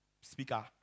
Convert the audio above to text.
speaker